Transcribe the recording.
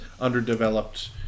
underdeveloped